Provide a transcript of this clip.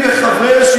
אתה מריח בחירות?